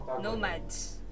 Nomads